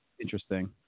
interesting